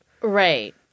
Right